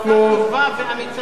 ואמיצה של השר.